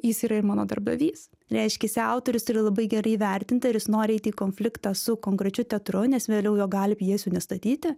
jis yra ir mano darbdavys reiškiasi autorius yra labai gerai įvertinta ir jis nori eiti į konfliktą su konkrečiu teatru nes vėliau jo gali pjesių nestatyti